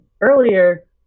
earlier